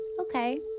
Okay